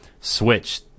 Switch